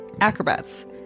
acrobats